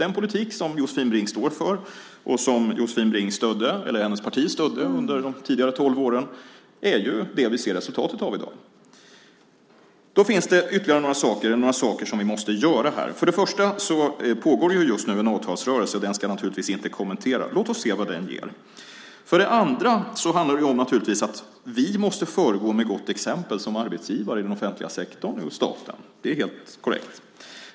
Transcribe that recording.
Den politik som Josefin Brink står för och som hennes parti stödde under de tidigare tolv åren är det vi ser resultatet av i dag. Det finns några saker som vi måste göra. För det första pågår just nu en avtalsrörelse, och den ska jag naturligtvis inte kommentera. Låt oss se vad den ger. För det andra handlar det naturligtvis om att vi måste föregå med gott exempel som arbetsgivare i den offentliga sektorn, inom staten. Det är helt korrekt.